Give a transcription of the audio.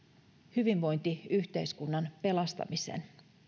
hyvinvointiyhteiskunnan pelastamisen